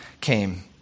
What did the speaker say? came